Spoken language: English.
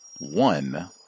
one